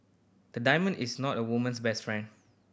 the diamond is not a woman's best friend